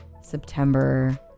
september